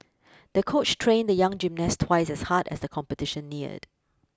the coach trained the young gymnast twice as hard as the competition neared